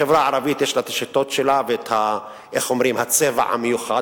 לחברה הערבית יש השיטות שלה והצבע המיוחד,